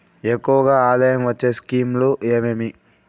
ఎక్కువగా ఆదాయం వచ్చే స్కీమ్ లు ఏమేమీ?